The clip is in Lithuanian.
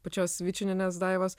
pačios vyčinienės daivos